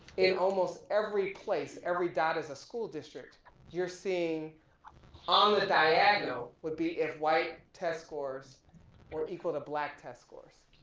in almost every place, every dot is a school district you're seeing on the diagonal would be if white test scores were equal to black test scores.